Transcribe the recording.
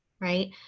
right